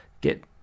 get